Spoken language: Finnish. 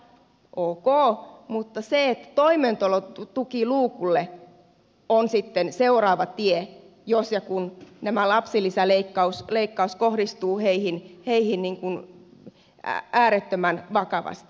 ok mutta toimeentulotukiluukulle on sitten seuraava tie jos ja kun tämä lapsilisäleikkaus osuu äärettömän vakavasti